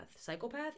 psychopath